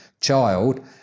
child